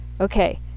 okay